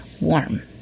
warm